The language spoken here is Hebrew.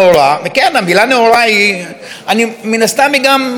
המילה נאורה מן הסתם חשובה גם לך,